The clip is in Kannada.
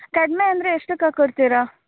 ಕಡಿಮೆ ಅಂದರೆ ಎಷ್ಟಕ್ಕೆ ಹಾಕ್ ಕೊಡ್ತೀರಾ